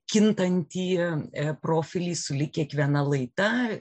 kintantį profilį sulig kiekviena laida